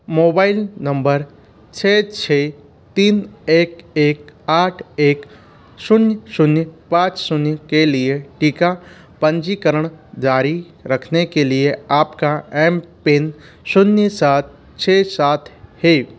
mobile number छः छः तीन एक एक आठ एक शून्य शून्य पाँच शून्य के लिए टीका पंजीकरण जारी रखने के लिए आपका एम पिन शून्य चार छः सात है